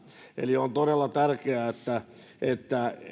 eli on todella tärkeää että